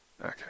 Okay